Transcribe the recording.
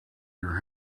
your